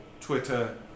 Twitter